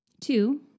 Two